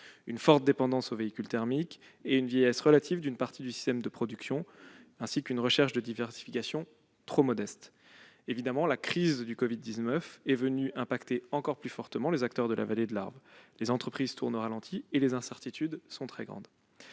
sa forte dépendance aux véhicules thermiques, la vieillesse relative d'une partie du système de production ainsi qu'une recherche de diversification trop modeste. La crise du Covid-19 a impacté encore plus fortement les acteurs de la vallée de l'Arve. Les entreprises tournent au ralenti, et les incertitudes sont très grandes.